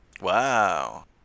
Wow